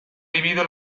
vivido